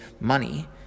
money